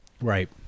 right